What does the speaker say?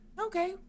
Okay